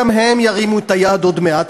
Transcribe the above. גם הם ירימו את היד עוד מעט,